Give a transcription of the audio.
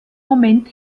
moment